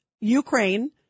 Ukraine